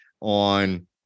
on